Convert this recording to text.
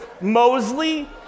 Mosley